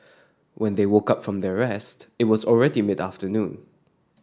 when they woke up from their rest it was already mid afternoon